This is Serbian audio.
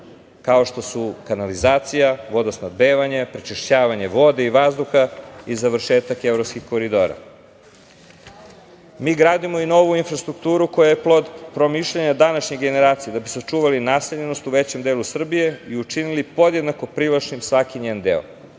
kao što su kanalizacija, vodosnabdevanje, prečišćavanje vode i vazduha i završetak evropskih koridora. Mi gradimo i novu infrastrukturu koja je plod promišljanja današnjih generacija da bi sačuvali naseljenost u većem delu Srbije i učinili podjednako privlačnim svaki njen